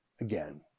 again